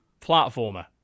platformer